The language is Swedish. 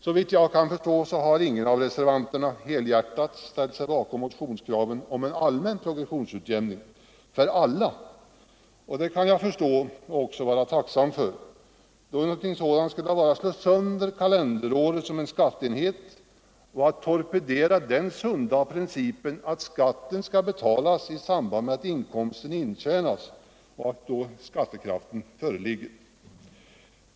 Såvitt jag kan förstå har ingen av reservanterna helhjärtat ställt sig bakom motionskravet om progressionsutjämning för alla, och det kan jag förstå och också vara tacksam för. Någonting sådant skulle slå sönder kalenderåret som skatteenhet och torpedera den sunda principen att skatten skall betalas i samband med att inkomsten intjänas och skattekraften föreligger.